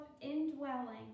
indwelling